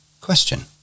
Question